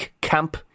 camp